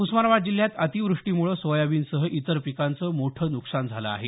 उस्मानाबाद जिल्ह्यात अतिवृष्टीमुळे सोयाबीनसह इतर पिकांचं मोठं नुकसान झालं आहे